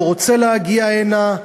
לא רוצה להגיע הנה,